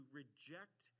reject